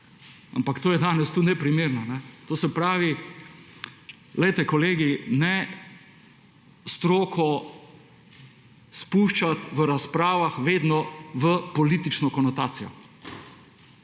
ampak to je danes tukaj neprimerno. Poglejte kolegi, ne stroko spuščati v razpravah vedno v politično konotacijo.